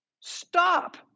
stop